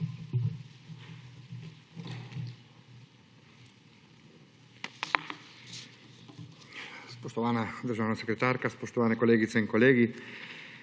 Spoštovana državna sekretarka, spoštovani kolegice in kolegi!